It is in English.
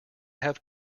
have